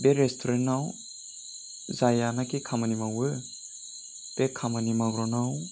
बे रेस्टुरेन्टाव जायानाखि खामानि मावो बे खामानि मावग्रानाव